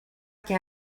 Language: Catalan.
que